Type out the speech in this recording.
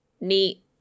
neat